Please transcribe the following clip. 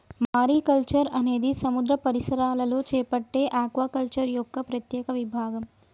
mariculture అనేది సముద్ర పరిసరాలలో చేపట్టే ఆక్వాకల్చర్ యొక్క ప్రత్యేక విభాగం